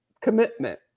commitment